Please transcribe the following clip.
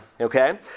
okay